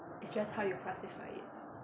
it's just how you classify it